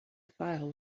file